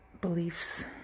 beliefs